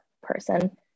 person